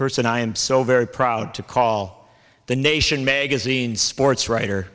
person i am so very proud to call the nation magazine sports writer